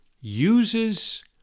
uses